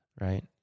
Right